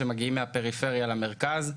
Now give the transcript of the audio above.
שמגיעים מהפריפריה למרכז.